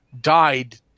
died